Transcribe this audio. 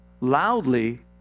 loudly